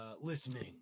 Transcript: listening